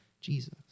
Jesus